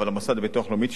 אבל המוסד לביטוח לאומי,